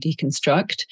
deconstruct